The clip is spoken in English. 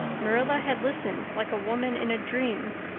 marilla had listened like a woman in a dream.